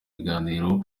ibiganiro